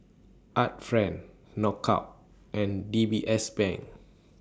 Art Friend Knockout and D B S Bank